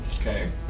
Okay